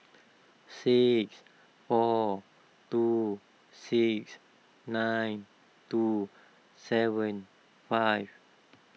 six four two six nine two seven five